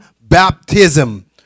baptism